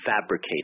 fabricated